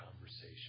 conversation